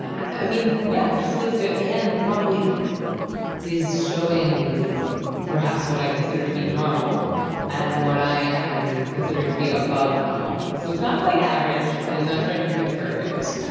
i mean, yeah. it just feels good and probably is showing perhaps what i consider to be normal and what i am considering to be above normal. so it's not quite average, and it's not trying to to be perfect